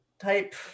type